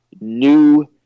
new